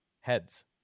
Heads